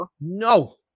No